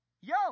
yo